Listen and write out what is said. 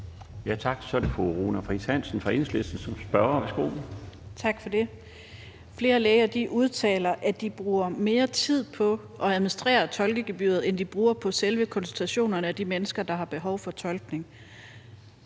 Tak. Så er det fru Runa Friis Hansen fra Enhedslisten. Værsgo. Kl. 13:20 Runa Friis Hansen (EL): Tak for det. Flere læger udtaler, at de bruger mere tid på at administrere tolkegebyret, end de bruger på selve konsultationerne af de mennesker, der har behov for tolkning.